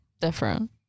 Different